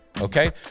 okay